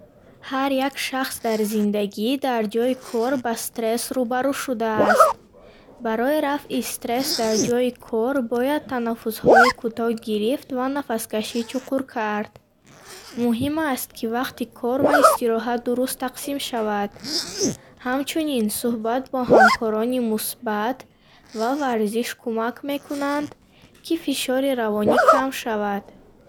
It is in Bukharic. Ҳар як шахс дар зиндагӣ, дар ҷои кор ба стресс рӯ ба рӯ шудааст. Барои рафъи стресс дар ҷои кор бояд танаффусҳои кӯтоҳ гирифт ва нафаскашии чуқур кард. Муҳим аст, ки вақти кор ва истироҳат дуруст тақсим шавад. Ҳамчунин, суҳбат бо ҳамкорони мусбат ва варзиш кӯмак мекунад, ки фишори равонӣ кам шавад.